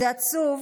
זה עצוב,